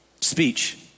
speech